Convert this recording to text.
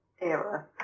era